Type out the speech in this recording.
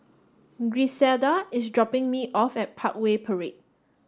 Griselda is dropping me off at Parkway Parade